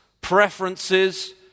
preferences